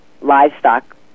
livestock